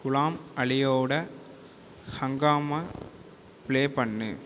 குலாம் அலியோட ஹங்காமா ப்ளே பண்ணு